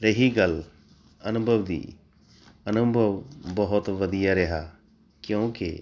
ਰਹੀ ਗੱਲ ਅਨੁਭਵ ਦੀ ਅਨੁਭਵ ਬਹੁਤ ਵਧੀਆ ਰਿਹਾ ਕਿਉਂਕਿ